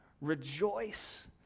Rejoice